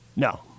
No